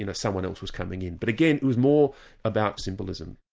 you know someone else was coming in. but again, it was more about symbolism.